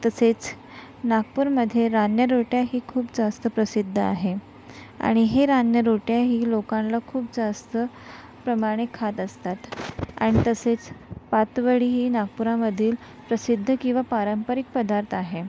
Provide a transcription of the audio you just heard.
तसेच नागपूरमध्ये रान्या रोट्याही खूप जास्त प्रसिद्ध आहे आणि हे रान्या रोट्याही लोकांला खूप जास्त प्रमाणे खात असतात अन् तसेच पातवडीही नागपूरामधील प्रसिद्ध किंवा पारंपरिक पदार्थ आहे